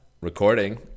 Recording